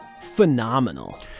phenomenal